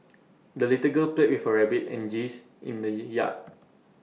the little girl played with her rabbit and geese in the yard